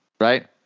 right